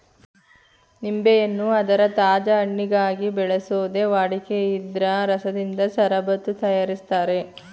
ನಿಂಬೆಯನ್ನು ಅದರ ತಾಜಾ ಹಣ್ಣಿಗಾಗಿ ಬೆಳೆಸೋದೇ ವಾಡಿಕೆ ಇದ್ರ ರಸದಿಂದ ಷರಬತ್ತು ತಯಾರಿಸ್ತಾರೆ